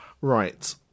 right